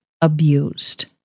abused